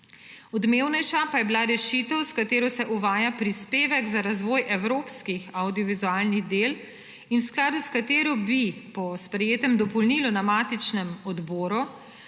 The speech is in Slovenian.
Odmevnejša pa je bila rešitev, s katero se uvaja prispevek za razvoj evropskih avdiovizualnih del in v skladu s katero bi po sprejetem dopolnilu na matičnem odboru